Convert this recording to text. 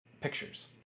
pictures